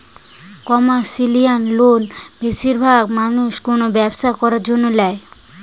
commercial loan বেশিরভাগ মানুষ কোনো ব্যবসা করার জন্য ল্যায়